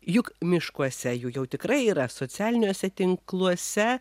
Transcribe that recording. juk miškuose jų jau tikrai yra socialiniuose tinkluose